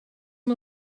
amb